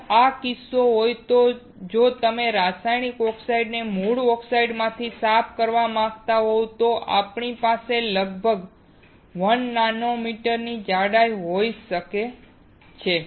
જો આ કિસ્સો હોય તો જો તમે રાસાયણિક ઓક્સાઇડને મૂળ ઓક્સાઇડમાંથી સાફ કરવા માંગતા હોવ તો આપણી પાસે લગભગ 1 નેનોમીટરની જાડાઈ હોઈ શકે છે